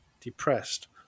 depressed